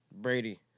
Brady